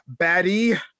baddie